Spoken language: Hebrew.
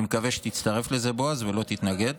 אני מקווה שתצטרף לזה, בועז, ולא תתנגד.